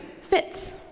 fits